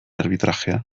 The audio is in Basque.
arbitrajea